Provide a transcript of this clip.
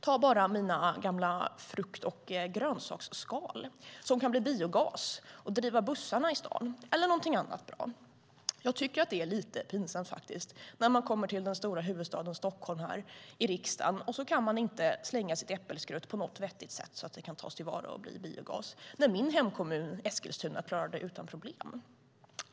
Ta bara mina gamla frukt och grönsaksskal, som kan bli biogas och driva bussarna i staden eller något annat bra. Jag tycker att det är lite pinsamt när man kommer till den stora huvudstaden Stockholm och riksdagen och inte kan slänga sitt äppelskrutt på något vettigt sätt så att det kan tas till vara och bli biogas, när min hemkommun Eskilstuna klarar det utan problem.